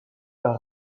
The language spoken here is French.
par